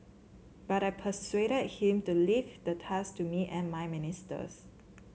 but I persuaded him to leave the task to me and my ministers